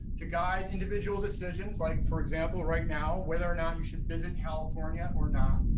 to guide individual decisions like, for example, right now, whether or not you should visit california or not.